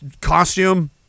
costume